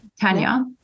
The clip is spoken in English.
Tanya